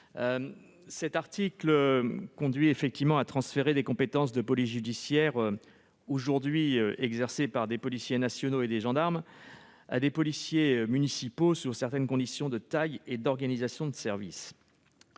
Cet article transfère des compétences de police judiciaire aujourd'hui exercées par des policiers nationaux et par des gendarmes à des policiers municipaux, sous certaines conditions de taille et d'organisation de service.